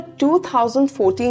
2014